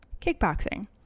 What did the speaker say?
kickboxing